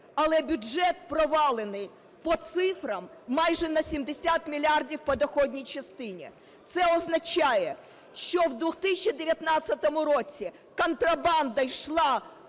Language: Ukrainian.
але бюджет провалений, по цифрам, майже на 70 мільярдів по доходній частині. Це означає, що у 2019 році контрабанда йшла